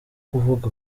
kuvuga